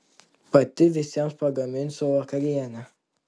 pati visiems pagaminsiu vakarienę